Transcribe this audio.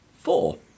Four